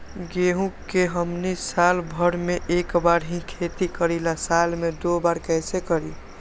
गेंहू के हमनी साल भर मे एक बार ही खेती करीला साल में दो बार कैसे करी?